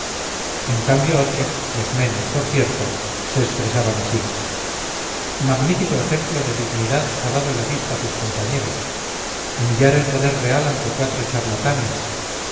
en cambio otros los menos por cierto se expresaban así magnífico ejemplo de dignidad ha dado el obispo a sus compañeros humillar el poder real ante cuatro charlatanes